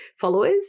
followers